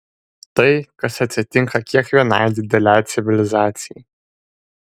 tai kas atsitinka kiekvienai didelei civilizacijai